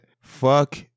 Fuck